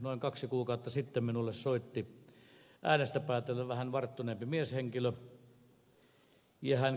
noin kaksi kuukautta sitten minulle soitti äänestä päätellen vähän varttuneempi mieshenkilö ja hän kysyi